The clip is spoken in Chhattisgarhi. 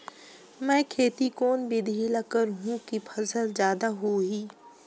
मै खेती कोन बिधी ल करहु कि फसल जादा होही